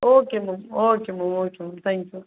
okay ma'am okay ma'am okay ma'am thank you ma'am